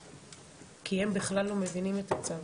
זאת בעיה, כי הם בכלל לא מבינים את הצו.